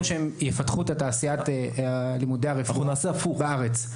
שהם יפתחו את התעשייה של לימודי הרפואה בארץ.